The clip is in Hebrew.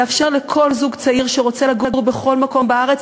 לכל זוג צעיר שרוצה לגור בכל מקום בארץ,